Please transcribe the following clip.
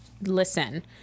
listen